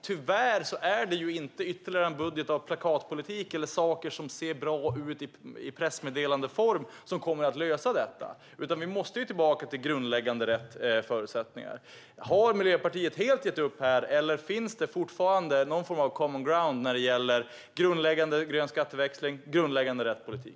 Tyvärr är det inte ytterligare en budget av plakatpolitik eller saker som ser bra ut i pressmeddelandeform som kommer att lösa detta, utan vi måste tillbaka till grundläggande rätt förutsättningar. Har Miljöpartiet helt gett upp här eller finns det fortfarande någon form av common ground när det gäller grundläggande grön skatteväxling, grundläggande rätt politik?